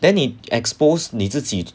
then 你 exposed 你自己